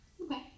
Okay